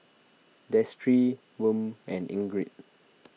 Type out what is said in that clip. Destry Wm and Ingrid